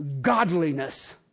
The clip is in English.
godliness